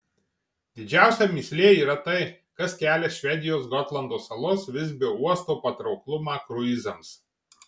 didžiausia mįslė yra tai kas kelia švedijos gotlando salos visbio uosto patrauklumą kruizams